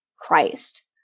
Christ